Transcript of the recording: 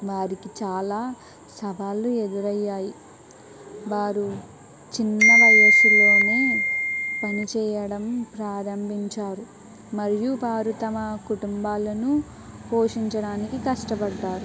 వారికి చాలా సవాళ్లు ఎదురయ్యాయి వారు చిన్న వయసులోనే పనిచేయడం ప్రారంభించారు మరియు వారు తమ కుటుంబాలను పోషించడానికి కష్టపడ్డారు